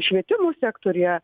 švietimo sektoriuje